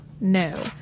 No